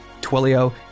Twilio